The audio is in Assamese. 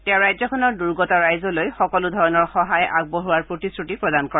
তেওঁ ৰাজ্যখনৰ দূৰ্গত ৰাইজলৈ সকলো ধৰণৰ সহায় আগবঢ়োৱাৰ প্ৰতিশ্ৰুতি প্ৰদান কৰে